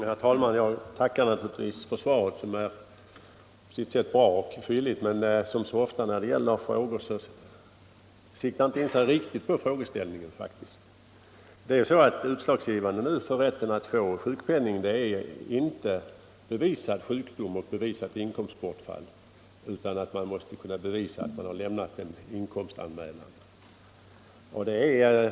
Herr talman! Jag tackar för svaret, som på sitt sätt är bra och fylligt. Men som så ofta är fallet vid besvarande av frågor siktar svaret faktiskt inte in sig på frågeställningen. Utslagsgivande för rätten att få sjukpenning är i dag inte bevisad sjukdom och bevisat inkomstbortfall utan att man kan bevisa att man har lämnat in en inkomstanmälan.